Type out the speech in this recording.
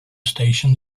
station